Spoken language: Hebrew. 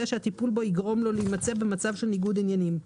שהטיפול בו יגרום לו להימצא במצב של ניגוד עניינים.